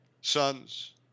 sons